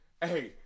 hey